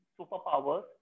superpowers